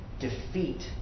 defeat